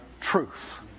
truth